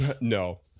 No